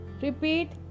Repeat